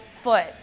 foot